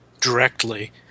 directly